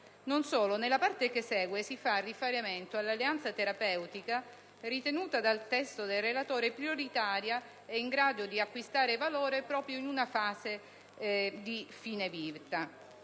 Non solo, nella parte che segue, si fa riferimento all'alleanza terapeutica tra il medico ed il paziente, ritenuta nel testo del relatore prioritaria e in grado di acquistare valore proprio in una fase di fine vita.